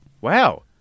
wow